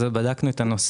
אני מעדכן את חברי